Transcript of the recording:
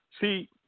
See